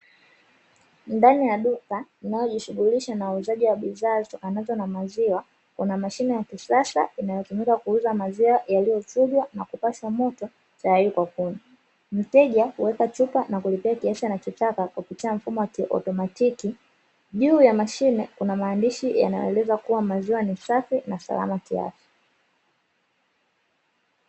Ndani ya duka linalojishughulisha na uuzaji wa bidhaa zitokanazo na maziwa, kuna mashine ya kisasa inayotumika kuuza maziwa yaliyochujwa na kupashwa moto tayari kwa kunywa. Mteja huweka chupa na kulipia kiasi anachotaka kwa kupitia mfumo wa kiautomatiki. Juu ya mashine kuna maandishi yanayoeleza kuwa maziwa ni safi na salama kiafya.